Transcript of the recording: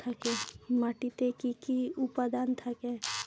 মাটিতে কি কি উপাদান থাকে?